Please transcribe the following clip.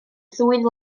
swydd